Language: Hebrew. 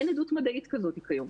אין עדות מדעית כזאת כיום.